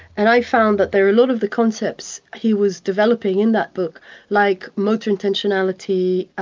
and i found that there are a lot of the concepts he was developing in that book like motor-intentionality,